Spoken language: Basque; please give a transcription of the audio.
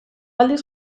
aldiz